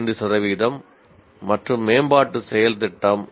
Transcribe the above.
5 சதவிகிதம் மற்றும் மேம்பாட்டு செயல் திட்டம்